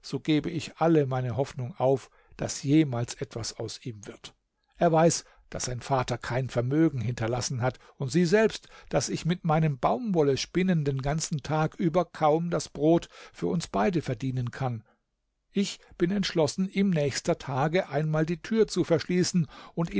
so gebe ich alle hoffnung auf daß jemals etwas aus ihm wird er weiß daß sein vater kein vermögen hinterlassen hat und sieht selbst daß ich mit meinem baumwollespinnen den ganzen tag über kaum das brot für uns beide verdienen kann ich bin entschlossen ihm nächster tage einmal die tür zu verschließen und